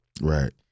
right